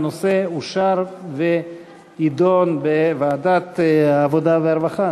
הנושא אושר ויידון בוועדת העבודה והרווחה.